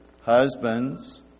Husbands